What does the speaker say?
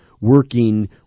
Working